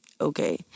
Okay